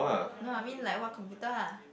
no I mean like what computer ah